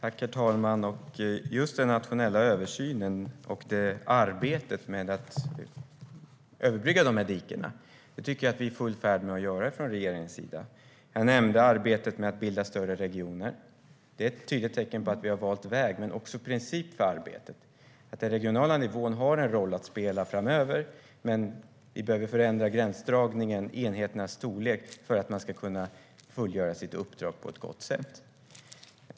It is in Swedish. Herr talman! Jag tycker att vi från regeringens sida är i full färd med att göra en nationell översyn och att arbeta med att överbrygga dessa diken. Jag nämnde arbetet med att bilda större regioner. Det är ett tydligt tecken på att vi har valt väg men också princip för arbetet. Den regionala nivån har en roll att spela framöver, men vi behöver förändra gränsdragningen och enheternas storlek för att man ska kunna fullgöra sitt uppdrag på ett gott sätt.